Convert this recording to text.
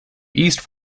east